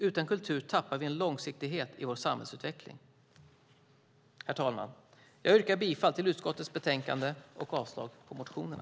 Utan kultur tappar vi en långsiktighet i vår samhällsutveckling. Herr talman! Jag yrkar bifall till utskottets förslag och avslag på motionerna.